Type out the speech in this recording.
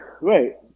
right